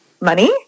money